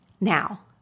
Now